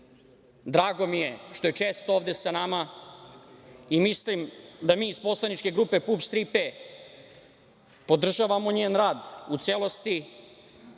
Drago mi je što je često ovde sa nama i mislim da mi iz poslaničke grupe PUPS "Tri P" podržavamo njen rad u celosti.